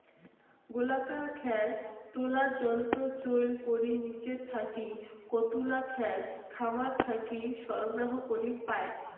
গোলাকার খ্যার তোলার যন্ত্র চইল করি নিজের থাকি কতুলা খ্যার খামার থাকি সরবরাহ করির পায়?